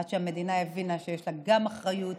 עד שהמדינה הבינה שיש לה גם אחריות,